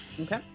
Okay